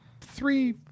three